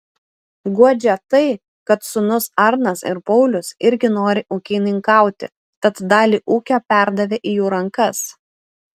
guodžia tai kad sūnūs arnas ir paulius irgi nori ūkininkauti tad dalį ūkio perdavė į jų rankas